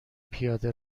پیاده